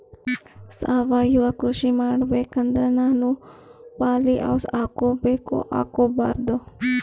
ಸಾವಯವ ಕೃಷಿ ಮಾಡಬೇಕು ಅಂದ್ರ ನಾನು ಪಾಲಿಹೌಸ್ ಹಾಕೋಬೇಕೊ ಹಾಕ್ಕೋಬಾರ್ದು?